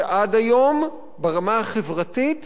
שעד היום, ברמה החברתית,